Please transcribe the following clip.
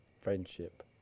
friendship